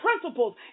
principles